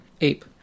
ape